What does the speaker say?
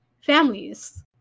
families